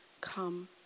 come